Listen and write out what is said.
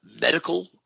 medical